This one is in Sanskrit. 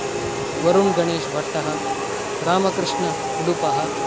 वरुण् गणेश भट्टः रामकृष्ण उडुपः